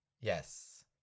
Yes